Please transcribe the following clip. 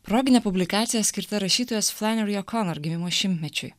proginė publikacija skirta rašytojos flaneri okonur gimimo šimtmečiui